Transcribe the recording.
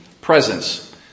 presence